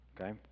okay